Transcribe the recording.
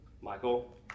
michael